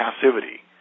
passivity